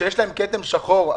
שיש להם כתם שחור,